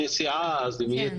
כן.